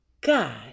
God